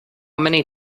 many